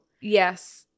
yes